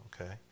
okay